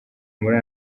muri